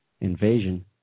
invasion